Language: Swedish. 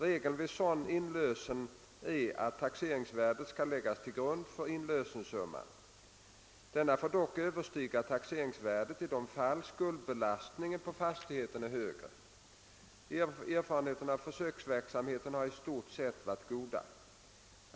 Regeln vid sådan inlösen är att taxeringsvärdet skall läggas till grund för inlösensumman. Denna får dock överstiga taxeringsvärdet i de fall skuldbelastningen på fastigheten är högre. Erfarenheterna av försöksverksamheten har i stort sett varit goda.